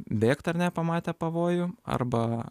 bėgt ar ne pamatę pavojų arba